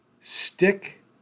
stick